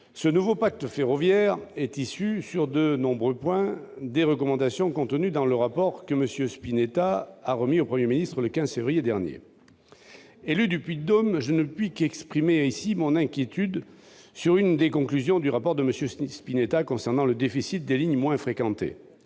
ce nouveau pacte ferroviaire est issu des recommandations contenues dans le rapport que M. Spinetta a remis au Premier ministre le 15 février dernier. Élu du Puy-de-Dôme, je ne puis qu'exprimer mon inquiétude sur l'une des conclusions du rapport de M. Spinetta, celle qui concerne le déficit des lignes moins fréquentées.